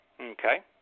Okay